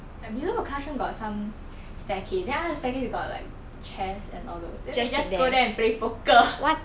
like below the classroom got some some staircase then after the staircase we got like chairs and all those then they just go there and play poker